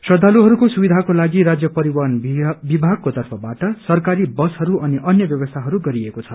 श्रद्वालुहरूको सुविधाको लागि राज्य परिवहन विभागको तर्फबाट सरकारी बसहरू अनि अन्य व्यवस्थाहरू गरिएको छ